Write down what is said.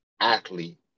athlete